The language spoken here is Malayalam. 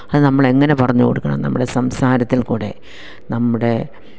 അത് നമ്മളെങ്ങനെ പറഞ്ഞു കൊടുക്കണം നമ്മളെ സംസാരത്തിൽ കൂടെ നമ്മുടെ